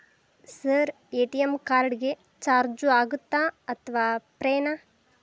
Sir ATM card ಗೆ charge ಆಗುತ್ತಾ ಅಥವಾ ಫ್ರೇ ನಾ?